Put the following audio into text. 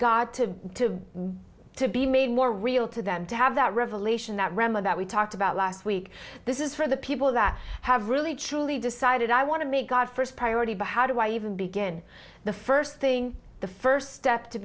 god to be made more real to them to have that revelation that rem of that we talked about last week this is for the people that have really truly decided i want to meet god first priority but how do i even begin the first thing the first step to